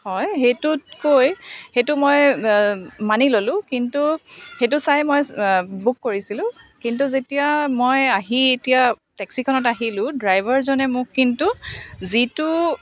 হয় সেইটোতকৈ সেইটো মই মানি ল'লোঁ কিন্তু সেইটো চাই মই বুক কৰিছিলোঁ কিন্তু যেতিয়া মই আহি এতিয়া টেক্সিখনত আহিলোঁ ড্ৰাইভাৰজনে মোক কিন্তু যিটো